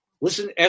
listen